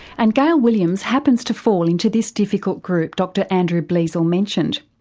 and gail williams happens to fall into this difficult group dr andrew bleasal mentioned.